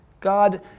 God